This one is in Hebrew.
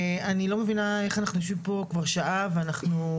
אני לא מבינה איך אנחנו יושבים פה כבר שעה ולא